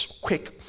quick